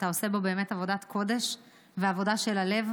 ואתה עושה בו באמת עבודת קודש ועבודה של הלב.